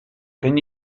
can